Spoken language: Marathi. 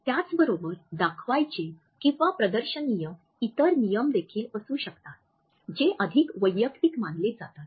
त्याचबरोबर दाखवायचे किंवा प्रदर्शनीय इतर नियम देखील असू शकतात जे अधिक वैयक्तिक मानले जातात